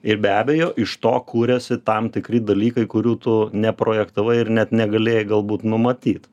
ir be abejo iš to kuriasi tam tikri dalykai kurių tu neprojektavai ir net negalėjai galbūt numatyt